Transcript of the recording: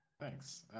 Thanks